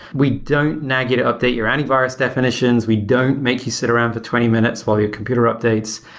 we don't nag you to update your antivirus definitions. we don't make you sit around the twenty minutes while your computer updates,